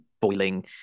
boiling